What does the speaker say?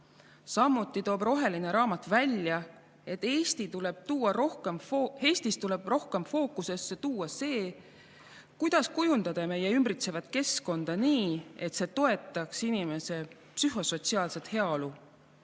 Samuti toob roheline raamat välja, et Eestis tuleb rohkem fookusesse tuua see, kuidas kujundada meie ümbritsevat keskkonda nii, et see toetaks inimese psühhosotsiaalset heaolu.